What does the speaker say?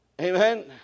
Amen